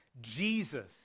Jesus